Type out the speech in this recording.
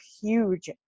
huge